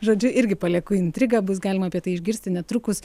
žodžiu irgi palieku intrigą bus galima apie tai išgirsti netrukus